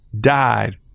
died